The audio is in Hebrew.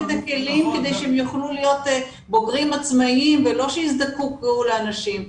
את הכלים כדי שהם יוכלו להיות בוגרים עצמאיים ולא יזדקקו לאנשים.